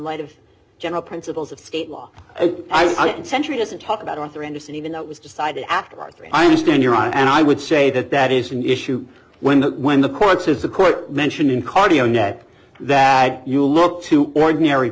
light of general principles of state law i don't century doesn't talk about on anderson even though it was decided after three i understand your honor and i would say that that is an issue when the when the court says the court mention in cardio net that you look to ordinary